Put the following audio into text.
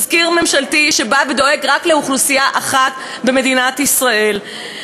ותזכיר חוק ממשלתי בא ודואג רק לאוכלוסייה אחת במדינת ישראל,